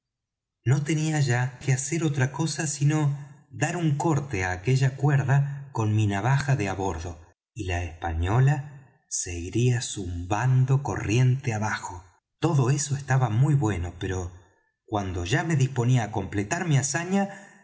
no tenía ya que hacer otra cosa sino dar un corte á aquella cuerda con mi navaja de á bordo y la española se iría zumbando corriente abajo todo eso estaba muy bueno pero cuando ya me disponía á completar mi hazaña